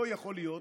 לא יכול להיות